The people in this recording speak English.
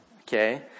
okay